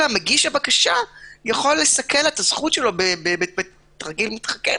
מגיש הבקשה יכול לסכל את זכותו בתרגיל מתחכם,